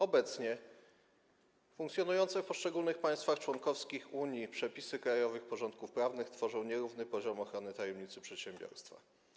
Obecnie funkcjonujące w poszczególnych państwach członkowskich Unii przepisy krajowych porządków prawnych tworzą nierówny poziom ochrony tajemnicy przedsiębiorstwa.